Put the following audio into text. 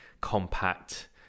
compact